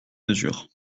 mesure